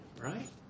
right